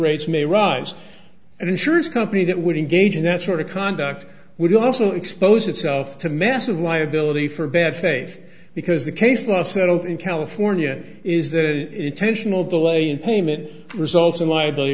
rates may rise and insurance company that would engage in that sort of conduct would also expose itself to massive liability for bad faith because the case law settles in california is that intentional delay in payment results in liability